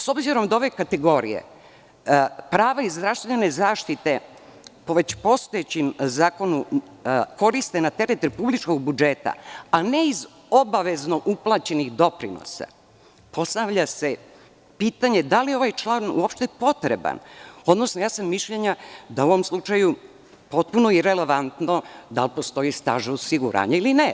S obzirom da ove kategorije prava iz zdravstvene zaštite, po već postojećim zakonu, koriste na teret republičkog budžeta, a ne iz obavezno uplaćenih doprinosa, postavlja se pitanje da li je ovaj član uopšte potreban, odnosno ja sam mišljenja da je u ovom slučaju potpuno irelevantno da li postoji staž osiguranja ili ne.